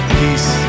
peace